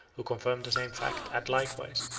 who confirm the same fact, add likewise,